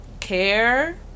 care